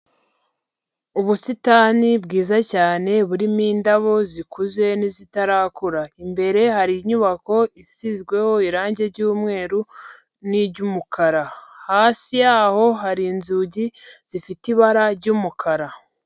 Ubusitani bwiza cyane burimo indabo zikuze n'izitarakura. Imbere hari inyubako isizweho irangi ry'umweru n'iry'umukara. Hasi yaho hari inzugi zifite ibara ry'umukara.